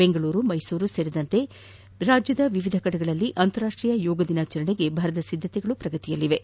ಬೆಂಗಳೂರು ಮೈಸೂರು ಸೇರಿದಂತೆ ರಾಜ್ಯದ ವಿವಿಧ ಕಡೆಗಳಲ್ಲಿ ಅಂತಾರಾಷ್ಟೀಯ ಯೋಗ ದಿನದ ಆಚರಣೆಗೆ ಭರದ ಸಿದ್ಗತೆಗಳು ನಡೆಯುತ್ತಿವೆ